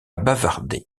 bavarder